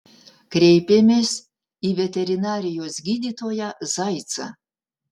kreipėmės į veterinarijos gydytoją zaicą